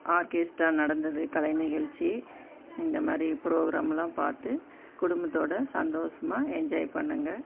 orchestra நடந்தது கலை நிகழ்ச்சி இந்த மாதிரி ப்ரோக்ராமெலாம் பார்த்து குடும்பத்தோடு சந்தோஷமா என்ஜாய் பண்ணிணேங்க